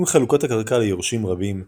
אם חלוקת הקרקע ליורשים רבים,